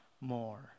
more